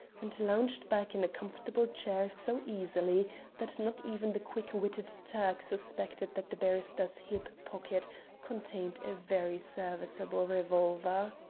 and lounged back in a comfortable chair so easily that not even the quick-witted turk suspected that the barrister's hip pocket contained a very serviceable revolver.